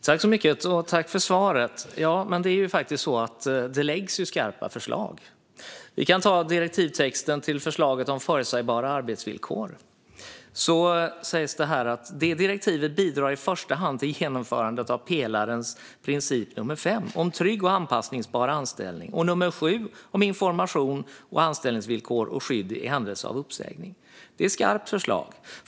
Fru talman! Tack för svaret! Det läggs fram skarpa förslag. Vi kan ta direktivtexten till förslaget om förutsägbara arbetsvillkor. Det sägs att det direktivet bidrar i första hand till genomförandet av pelarens princip nr 5 om trygg och anpassningsbar anställning och nr 7 om information, anställningsvillkor och skydd i händelse av uppsägning. Det är ett skarpt förslag.